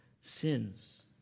sins